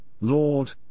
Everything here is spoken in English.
Lord